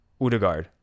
Udegaard